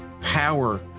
power